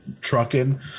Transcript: trucking